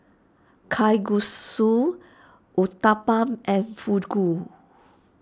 Kalguksu Uthapam and